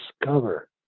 discover